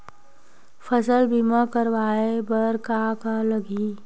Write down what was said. फसल बीमा करवाय बर का का लगही?